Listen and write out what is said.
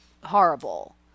horrible